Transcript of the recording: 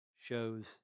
shows